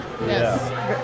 Yes